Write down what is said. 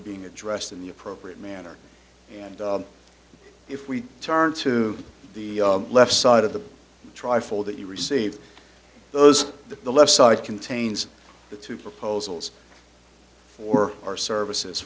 are being addressed in the appropriate manner and if we turn to the left side of the tri fold that you receive those that the left side contains the two proposals for our services